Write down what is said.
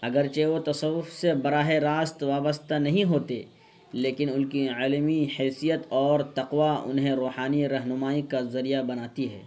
اگرچہ وہ تصوف سے براہ راست وابستہ نہیں ہوتے لیکن ان کی علمی حیثیت اور تقویٰ انہیں روحانی رہنمائی کا ذریعہ بناتی ہے